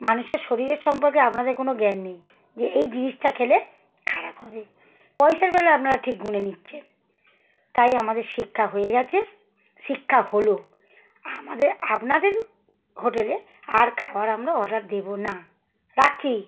মানুষের শরীরের সম্পর্কে আপনাদের কোনো জ্ঞান নেই যে এই জিনিসটা খেলে খারাপ হবে পয়সার বেলা আপনারা ঠিক গুনে নিচ্ছেন তাই আমাদের শিক্ষা হয়ে গিয়েছে শিক্ষা হলো আমাদের আপনাদের হোটেলে আর খাবার আমরা অর্ডার দেবো না রাখছি